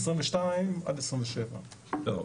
מ-2022 עד 2027. לא,